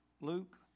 Luke